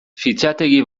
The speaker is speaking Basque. fitxategi